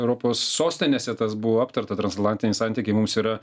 europos sostinėse tas buvo aptarta transatlantiniai santykiai mums yra